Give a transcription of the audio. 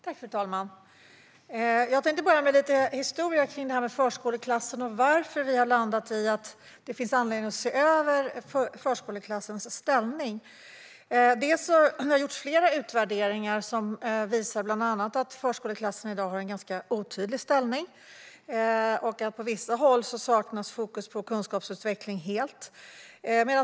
Fru talman! Jag tänkte börja med lite historia kring förskoleklassen och varför vi har landat i att det finns anledning att se över förskoleklassens ställning. Det har gjorts flera utvärderingar som bland annat visar att förskoleklassen i dag har en ganska otydlig ställning. På vissa håll saknas fokus på kunskapsutveckling helt.